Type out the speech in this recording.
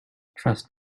trust